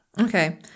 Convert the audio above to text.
Okay